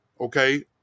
okay